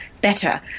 better